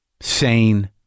sane